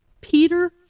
Peter